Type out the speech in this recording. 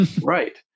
Right